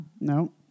No